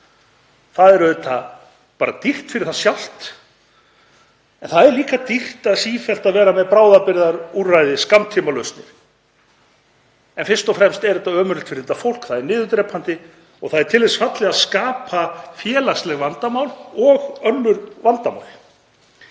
Það er auðvitað dýrt fyrir það sjálft en það er líka dýrt að notast sífellt við bráðabirgðaúrræði, skammtímalausnir. En fyrst og fremst er þetta ömurlegt fyrir þetta fólk, niðurdrepandi og til þess fallið að skapa félagsleg vandamál og önnur vandamál.